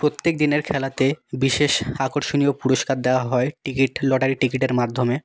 প্রত্যেক দিনের খেলাতে বিশেষ আকর্ষণীয় পুরস্কার দেওয়া হয় টিকিট লটারির টিকিটের মাধ্যমে